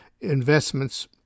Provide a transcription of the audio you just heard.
investments